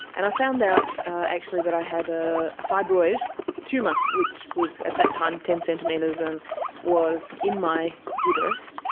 and i found out actually that i had a fibroid tumour which was at that time ten centimetres and was in my uterus.